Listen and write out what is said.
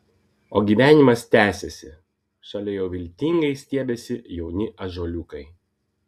o gyvenimas tęsiasi šalia jau viltingai stiebiasi jauni ąžuoliukai